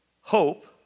hope